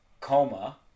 coma